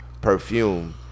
perfume